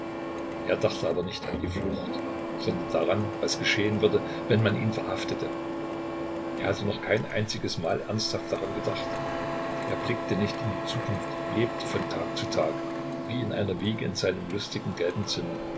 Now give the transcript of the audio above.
er dachte aber nicht an die flucht sondern daran was geschehen würde wenn man ihn verhaftete er hatte noch kein einziges mal ernsthaft daran gedacht er blickte nicht in die zukunft lebte von tag zu tag wie in einer wiege in seinem lustigen gelben zimmer